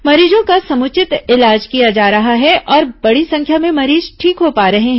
मरीजों का समुचित इलाज किया जा रहा है और बड़ी संख्या में मरीज ठीक हो रहे हैं